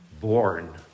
born